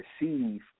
receive